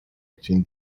between